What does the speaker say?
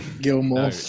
Gilmore